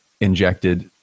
injected